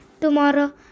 tomorrow